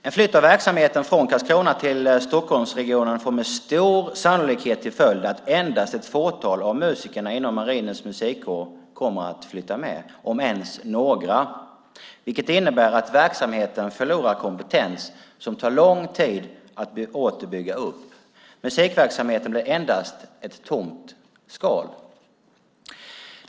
En flytt av verksamheten från Karlskrona till Stockholmsregionen får med stor sannolikhet till följd att endast ett fåtal av musikerna inom Marinens musikkår kommer att flytta med, om ens några. Det innebär att verksamheten förlorar kompetens som tar lång tid att åter bygga upp. Musikverksamheten blir endast ett tomt skal.